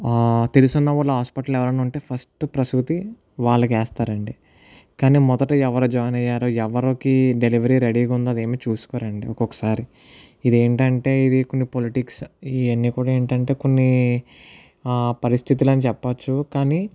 తెలిసున్న వాళ్ళు హాస్పిటల్లో ఎవరైనా ఉంటే ఫస్ట్ ప్రసూతి వాళ్ళకి వేస్తారండి కానీ మొదట ఎవరు జాయిన్ అయ్యారో ఎవరికీ డెలివరీ రెడీగా ఉందో అదేమి చూసుకోరండి ఒక్కొక్కసారి ఇదేంటంటే ఇది కొన్ని పాలిటిక్స్ ఇవన్నీ కూడా ఏంటంటే కొన్ని పరిస్థితులని చెప్పచ్చు కానీ